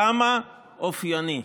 כמה אופייני.